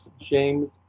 James